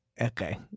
Okay